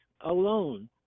alone